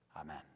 Amen